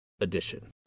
edition